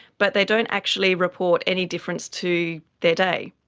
but they don't actually report any difference to their day.